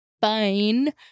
Fine